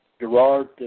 Gerard